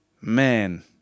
man